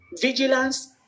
vigilance